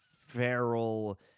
feral